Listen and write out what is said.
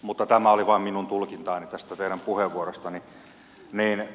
mutta tämä oli vain minun tulkintaani tästä teidän puheenvuorostanne